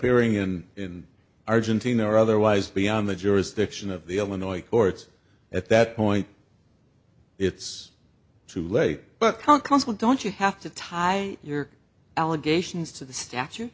pearing in in argentina or otherwise be on the jurisdiction of the illinois courts at that point it's too late but concomitant don't you have to tie your allegations to the statu